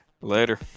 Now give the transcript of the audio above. Later